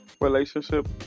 Relationship